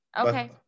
Okay